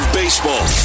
baseball